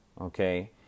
okay